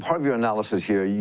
of your analysis here, yeah